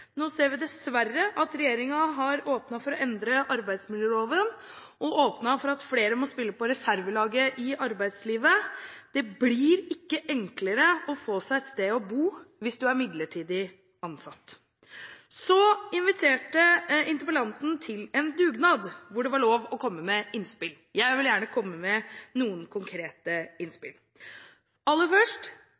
Nå ser vi dessverre at regjeringen har åpnet for å endre arbeidsmiljøloven og for at flere må spille på reservelaget i arbeidslivet. Det blir ikke enklere å få seg et sted å bo hvis en er midlertidig ansatt. Interpellanten inviterte til dugnad, og det var lov å komme med innspill. Jeg vil gjerne komme med noen konkrete innspill. Aller først: